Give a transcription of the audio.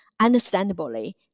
Understandably